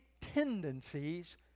tendencies